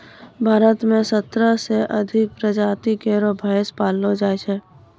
भारत म सत्रह सें अधिक प्रजाति केरो भैंस पैलो जाय छै